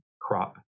crop